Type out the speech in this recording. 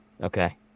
Okay